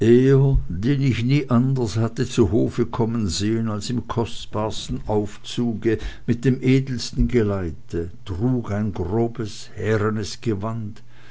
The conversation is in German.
den ich nie anders hatte zu hofe kommen sehen als im kostbarsten aufzuge und mit dem edelsten geleite trug ein grobes härenes gewand